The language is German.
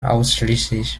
ausschließlich